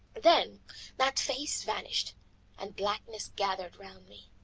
then that face vanished and blackness gathered round me,